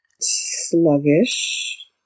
Sluggish